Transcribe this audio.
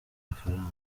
mafaranga